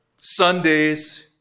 Sundays